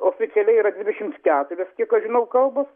oficialiai yra dvidešimts keturios kiek aš žinau kalbos